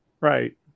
Right